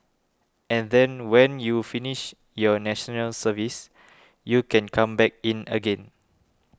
and then when you finish your National Services you can come back in again